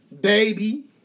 baby